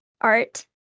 art